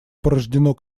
порождено